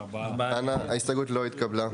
4 נמנעים, 0 ההסתייגות לא התקבלה.